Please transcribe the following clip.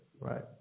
right